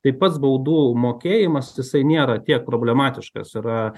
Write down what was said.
tai pats baudų mokėjimas jisai nėra tiek problematiškas yra